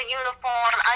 uniform